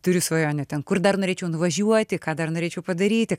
turiu svajonę ten kur dar norėčiau nuvažiuoti ką dar norėčiau padaryti